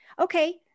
Okay